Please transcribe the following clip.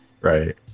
right